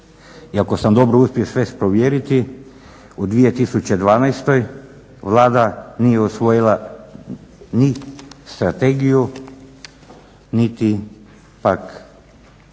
i ako sam dobro uspio sve provjeriti, u 2012. Vlada nije usvojila ni strategiju niti pak